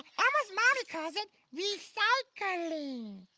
elmo's mommy calls it recycling.